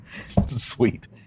Sweet